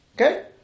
Okay